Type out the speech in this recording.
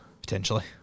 Potentially